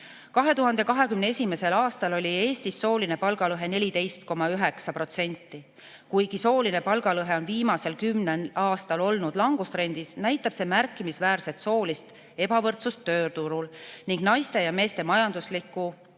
2021. aastal oli Eestis sooline palgalõhe 14,9%. Kuigi sooline palgalõhe on viimasel kümnel aastal olnud langustrendis, näitab see märkimisväärset soolist ebavõrdsust tööturul ning naiste ja meeste majanduslikus